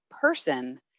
person